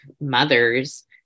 mothers